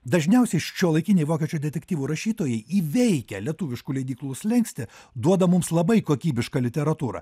dažniausiai šiuolaikiniai vokiečių detektyvų rašytojai įveikia lietuviškų leidyklų slenkstį duoda mums labai kokybišką literatūrą